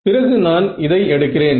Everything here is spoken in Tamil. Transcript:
பிறகு நான் இதை எடுக்கிறேன்